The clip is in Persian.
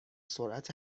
سرعت